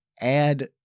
add